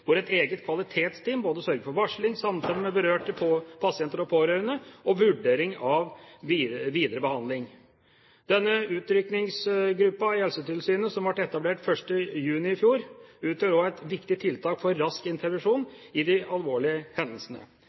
hvor et eget kvalitetsteam både sørger for varsling, samtaler med berørte pasienter og pårørende og vurdering av videre behandling. Denne utrykningsgruppen i Helsetilsynet, som ble etablert 1. juni i fjor, utgjør et viktig tiltak for rask intervensjon i de alvorlige hendelsene.